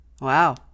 Wow